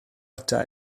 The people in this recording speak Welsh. ata